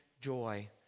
joy